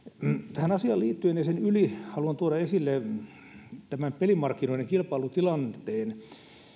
tähän asiaan liittyen ja sen yli haluan tuoda esille pelimarkkinoiden kilpailutilanteen